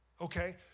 Okay